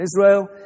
Israel